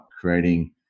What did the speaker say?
creating